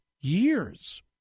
years